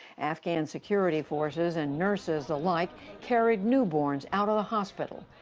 afghan security forces and nurses alike carried newborns out of the hospital.